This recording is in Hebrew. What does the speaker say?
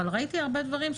אבל ראיתי הרבה דברים,